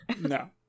no